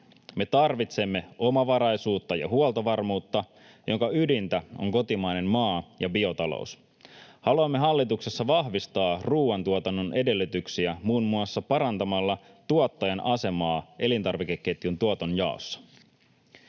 Me tarvitsemme omavaraisuutta ja huoltovarmuutta, jonka ydintä on kotimainen maa- ja biotalous. Haluamme hallituksessa vahvistaa ruuantuotannon edellytyksiä muun muassa parantamalla tuottajan asemaa elintarvikeketjun tuotonjaossa.